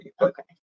Okay